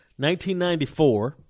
1994